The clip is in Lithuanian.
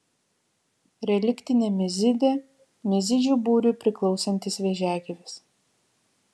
reliktinė mizidė mizidžių būriui priklausantis vėžiagyvis